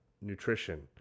nutrition